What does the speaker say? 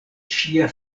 ŝia